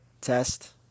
test